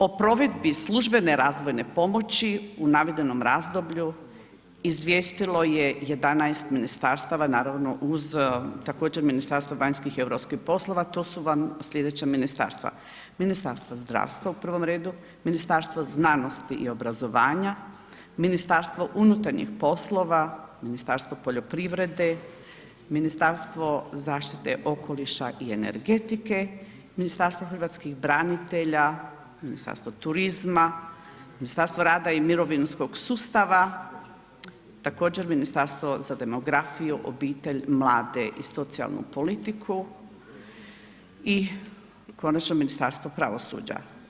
O provedbi službene razvojne pomoći u navedenom razdoblju izvijestilo je 11 ministarstava, naravno uz također Ministarstvo vanjskih i europskih poslova to su vam sljedeća ministarstva: Ministarstvo zdravstva u prvom redu, Ministarstvo znanosti i obrazovanja, Ministarstvo unutarnjih poslova, Ministarstvo poljoprivrede, Ministarstvo zaštite okoliša i energetike, Ministarstvo hrvatskih branitelja, Ministarstvo turizma, Ministarstvo rada i mirovinskog sustava, također Ministarstvo za demografiju, obitelj, mlade i socijalnu politiku i konačno Ministarstvo pravosuđa.